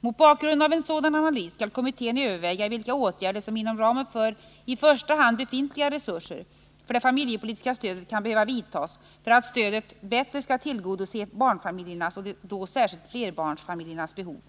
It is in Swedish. Mot bakgrunden av en sådan analys skall kommittén överväga vilka åtgärder som inom ramen för i första hand befintliga resurser för det familjepolitiska stödet kan behöva vidtas för att stödet bättre skall tillgodose barnfamiljernas och då särskilt flerbarnsfamiljernas behov.